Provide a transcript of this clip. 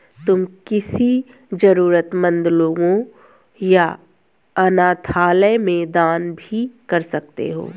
तुम किसी जरूरतमन्द लोगों या अनाथालय में दान भी कर सकते हो